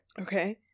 okay